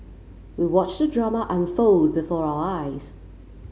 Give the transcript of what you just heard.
we watched the drama unfold before our eyes